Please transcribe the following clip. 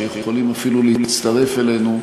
שיכולים אפילו להצטרף אלינו.